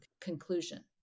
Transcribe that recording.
conclusion